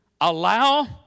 allow